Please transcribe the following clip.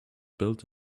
built